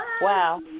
wow